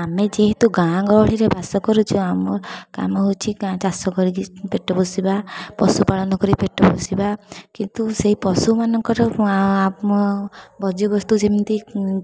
ଆମେ ଯେହେତୁ ଗାଁ ଗହଳିରେ ବାସ କରୁଛୁ ଆମ କାମ ହେଉଛି ଗାଁ ଚାଷ କରିକି ପେଟ ପୋଷିବା ପଶୁ ପାଳନ କରି ପେଟ ପୋଷିବା କିନ୍ତୁ ସେଇ ପଶୁମାନଙ୍କର ବର୍ଜ୍ୟବସ୍ତୁ ଯେମିତି